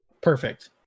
Perfect